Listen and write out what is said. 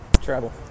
Travel